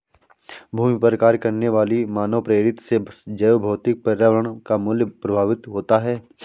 भूमि पर कार्य करने वाली मानवप्रेरित से जैवभौतिक पर्यावरण का मूल्य प्रभावित होता है